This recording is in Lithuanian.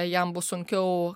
jam bus sunkiau